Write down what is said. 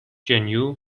gen